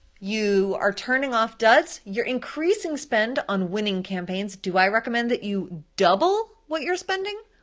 you are turning off duds, you're increasing spend on winning campaigns. do i recommend that you double what you're spending?